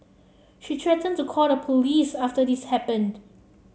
she threatened to call the police after this happened